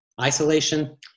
Isolation